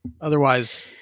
Otherwise